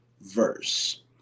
verse